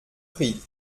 pris